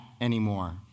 anymore